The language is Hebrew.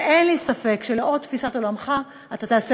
ואין לי ספק שלאור תפיסת עולמך אתה תעשה